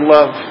Love